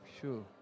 Sure